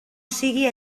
sigui